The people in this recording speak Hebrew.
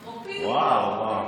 וואו, וואו.